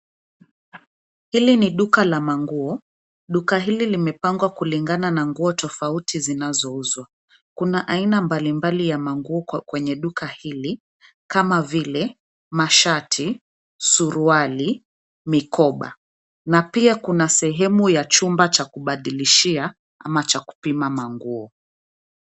Hili ni duka la manguo .Duka hili limepangwa kulingana na nguo tofauti zinazouzwa. Kuna aina mbalimbali ya manguo kwenye duka hili kama vile mashati, suruali ,mikoba. Na pia kuna sehemu ya chumba cha kubandilishia ama cha kupima manguo.